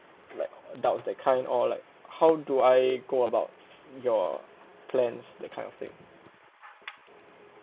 like adults that kind or like how do I go about your plans that kind of thing